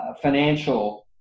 financial